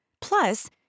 plus